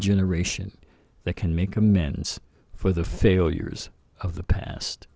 generation that can make amends for the failures of the past